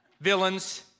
villains